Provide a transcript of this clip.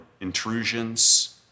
intrusions